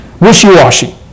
wishy-washy